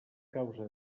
causa